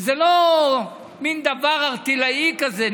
זה לא מין דבר ערטילאי כזה,